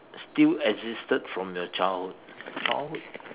still existed from your childhood childhood